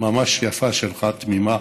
ממש יפה שלך, תמימה